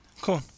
Cool